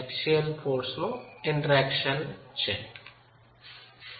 axial બળનું interaction ક્રિયાપ્રતિક્રિયા છે